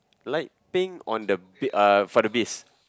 light pink on the uh for the base